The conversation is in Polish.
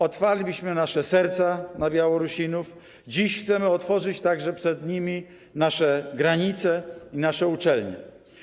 Otwarliśmy nasze serca na Białorusinów, dziś chcemy otworzyć przed nimi także nasze granice i nasze uczelnie.